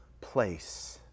place